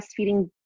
breastfeeding